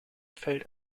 fällt